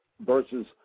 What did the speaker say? versus